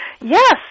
Yes